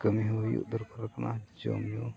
ᱠᱟᱹᱢᱤ ᱦᱚᱸ ᱦᱩᱭᱩᱜ ᱫᱚᱨᱠᱟᱨ ᱠᱟᱱᱟ ᱡᱚᱢ ᱧᱩ